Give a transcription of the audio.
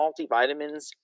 multivitamins